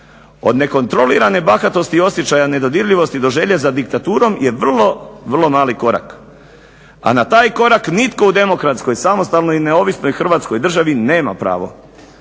Od nekontrolirane bahatosti i osjećaja nedodirljivosti do želje za diktatorom je vrlo mali korak. A na taj korak nitko u demokratskoj samostalnoj i neovisnoj Hrvatskoj nema pravo